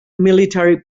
military